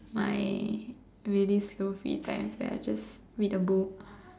my really slow free times that I just read a book